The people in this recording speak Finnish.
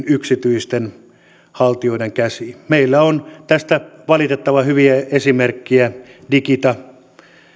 yksityisten haltijoiden käsiin meillä on tästä valitettavan hyviä esimerkkejä digita